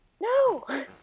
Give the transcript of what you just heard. No